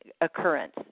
occurrence